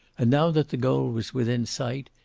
and now that the goal was within sight,